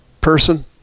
person